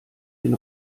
den